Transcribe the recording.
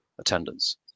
attendance